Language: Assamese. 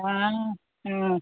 অঁ অঁ